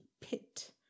pit